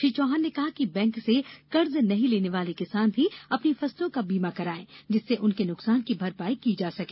श्री चौहान ने कहा है कि बैंक से कर्ज नहीं लेने वाले किसान भी अपनी फसलों का बीमा कराएं जिससे उनके नुकसान की भरपाई की जा सके